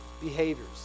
behaviors